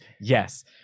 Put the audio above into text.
yes